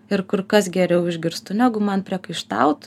ir kur kas geriau išgirstu negu man priekaištaut